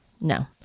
No